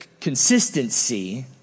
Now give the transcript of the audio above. consistency